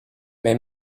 may